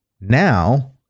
now